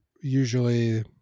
usually